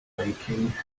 baking